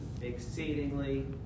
exceedingly